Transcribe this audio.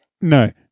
No